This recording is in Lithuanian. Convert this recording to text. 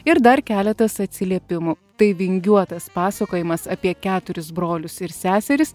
ir dar keletas atsiliepimų tai vingiuotas pasakojimas apie keturis brolius ir seseris